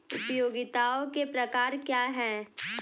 उपयोगिताओं के प्रकार क्या हैं?